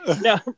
No